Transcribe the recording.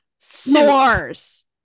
smores